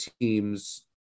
teams